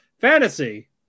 fantasy